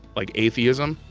like atheism,